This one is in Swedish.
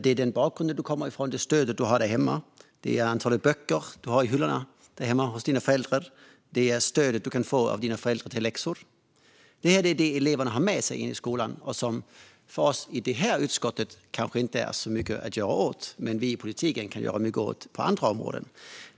Det handlar om elevens bakgrund, vilket stöd eleven får hemma, antalet böcker i hyllorna hemma hos föräldrarna och deras stöd i läxläsningen. För oss i utbildningsutskottet är det inte så mycket att göra i den frågan, men vi politiker kan göra mycket på andra områden.